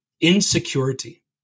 insecurity